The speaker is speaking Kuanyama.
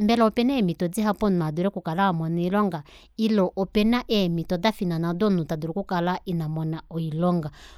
mbela opena eemito dihapu omunhu adule okukala amona oilonga ile opena eemito dafinana odo omunhu tadulu okukala ina mona oilonga